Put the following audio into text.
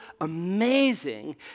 amazing